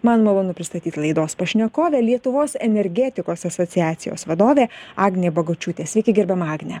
man malonu pristatyt laidos pašnekovę lietuvos energetikos asociacijos vadovė agnė bagočiūtė sveiki gerbiama agne